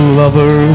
lover